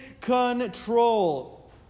control